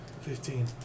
fifteen